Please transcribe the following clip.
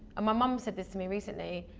my mum said this to me recently,